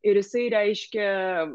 ir jisai reiškia